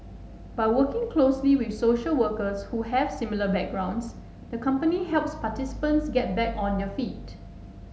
by working closely with social workers who have similar backgrounds the company helps participants get back on their feet